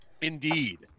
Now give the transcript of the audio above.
Indeed